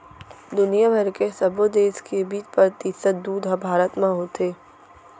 दुनिया भर के सबो देस के बीस परतिसत दूद ह भारत म होथे